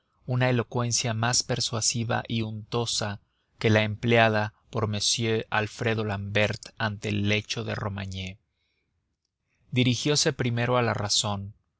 una elocuencia más persuasiva y untuosa que la empleada por m alfredo l'ambert ante el lecho de romagné dirigiose primero a la razón